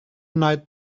night